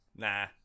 nah